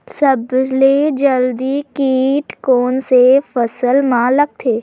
सबले जल्दी कीट कोन से फसल मा लगथे?